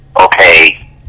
okay